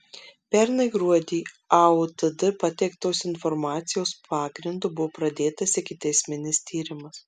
pernai gruodį aotd pateiktos informacijos pagrindu buvo pradėtas ikiteisminis tyrimas